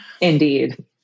Indeed